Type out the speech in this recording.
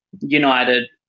United